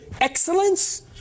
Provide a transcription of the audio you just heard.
excellence